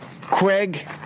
Craig